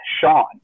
Sean